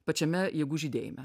pačiame jėgų žydėjime